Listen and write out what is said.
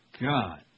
God